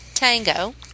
Tango